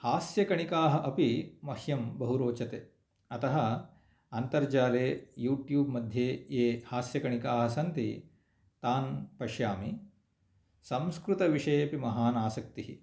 हास्यकणिकाः अपि मह्यं बहु रोचते अतः अन्तर्जाले यूट्यूब् मध्ये ये हास्यकणिकाः सन्ति तान् पश्यामि संस्कृतविषयेपि महान् आसक्तिः